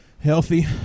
healthy